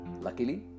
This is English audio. Luckily